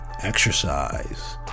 exercise